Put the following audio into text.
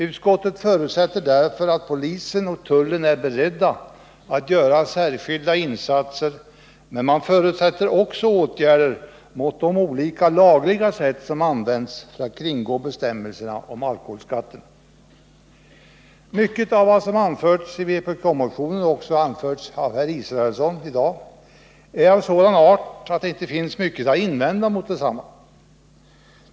Utskottet förutsätter därför att polisen och tullen är beredda att göra särskilda insatser, men vi förutsätter också åtgärder mot de olika lagliga sätt som används för att kringgå bestämmelserna om alkoholskatterna. Mycket av vad som har anförts i vpk-motionen och av herr Israelsson i dag är av sådan art att det inte finns mycket att invända.